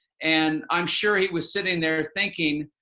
and i'm sure he was sitting there thinking,